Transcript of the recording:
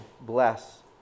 bless